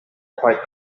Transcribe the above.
quite